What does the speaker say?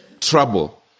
trouble